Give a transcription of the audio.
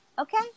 Okay